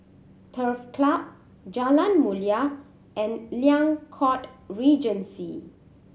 Turf Club Jalan Mulia and Liang Court Regency